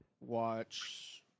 watch